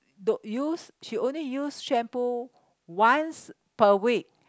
don't use she only use shampoo once per week